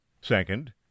Second